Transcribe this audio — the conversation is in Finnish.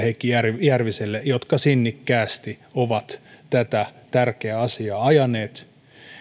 ja heikki järviselle jotka sinnikkäästi ovat tätä tärkeää asiaa ajaneet